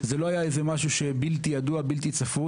זה לא היה משהו שהוא בלתי ידוע, בלתי צפוי.